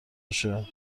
باشه